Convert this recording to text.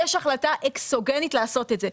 יש החלטה אקסוגנית לעשות את זה.